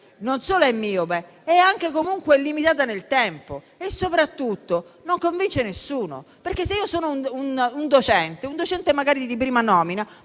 Non solo è miope, ma è anche limitata nel tempo e soprattutto non convince nessuno, perché se io sono un docente, magari di prima nomina,